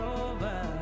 over